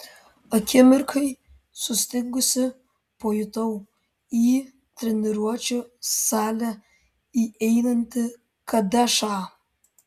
akimirkai sustingusi pajutau į treniruočių salę įeinantį kadešą